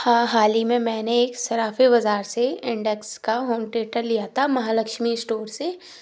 हाँ हाल ही मे मैंने एक सराफ़ा बज़ार से इंडेक्स का होम टेटर लिया था महालक्ष्मी स्टोर से